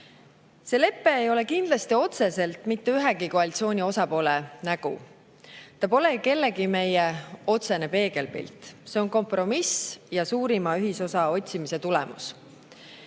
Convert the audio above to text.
See lepe ei ole kindlasti otseselt mitte ühegi koalitsiooni osapoole nägu. See pole meie kellegi otsene peegelpilt, see on kompromiss ja suurima ühisosa otsimise tulemus.